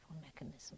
mechanism